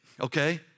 okay